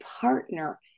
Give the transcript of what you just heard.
partner